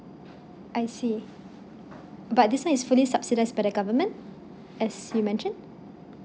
I see but this one is fully subsidised by the government as you mentioned